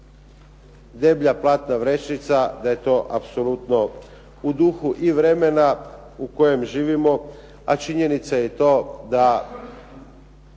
deblja platna vrećica, da je to apsolutno u duhu i vremena u kojem živimo, a činjenica je to da